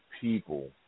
people